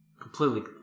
completely